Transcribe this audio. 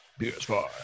PS5